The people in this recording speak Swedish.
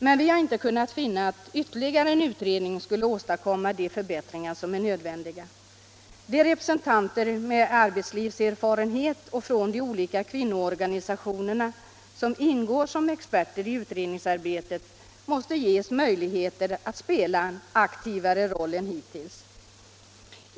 Men vi har inte kunnat finna att ytterligare en utredning skulle åstadkomma de förbättringar som är nödvändiga. De representanter med erfarenhet från arbetslivet och från de olika kvinnoorganisationerna som ingår som experter i utredningsarbetet måste ges möjligheter att spela en aktivare roll än hittills.